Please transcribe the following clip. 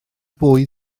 bwyd